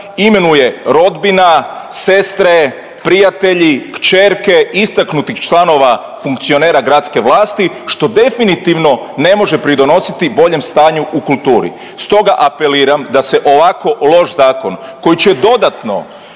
imenuje rodbina, sestre, prijatelji, kćerke istaknutih članova funkcionera gradske vlasti što definitivno ne može pridonositi boljem stanju u kulturi. Stoga apeliram da se ovako loš zakon koji će dodatno